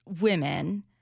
women